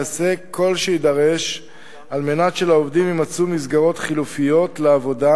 יעשה כל שיידרש על מנת שלעובדים יימצאו מסגרות חלופיות לעבודה,